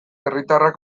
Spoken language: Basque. herritarrak